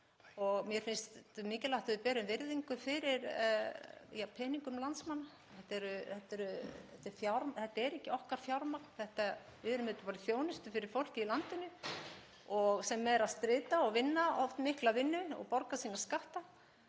og mér finnst mikilvægt að við berum virðingu fyrir peningum landsmanna. Þetta er ekki okkar fjármagn, við erum í þjónustu fyrir fólkið í landinu sem er að strita og vinna oft mikla vinnu og borga sína skatta